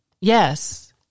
Yes